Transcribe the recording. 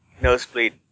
nosebleed